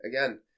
again